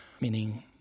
meaning